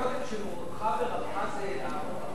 אתה אמרת קודם שמורך ורבך זה אהרן ברק?